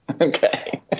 Okay